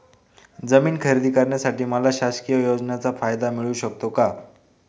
जमीन खरेदी करण्यासाठी मला शासकीय योजनेचा फायदा मिळू शकतो का?